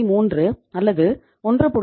3 அல்லது 1